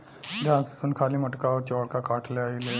ध्यान से सुन खाली मोटका अउर चौड़का काठ ले अइहे